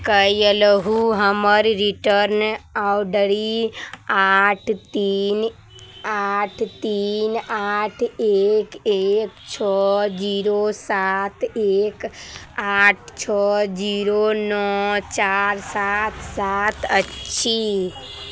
कयलहु हमर return order आठ तीन आठ एक एक छओ जीरो सात एक आठ छओ जीरो नओ चारि सात सात अछि